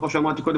כמו שאמרתי קודם,